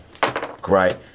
Great